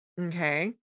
Okay